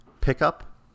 Pickup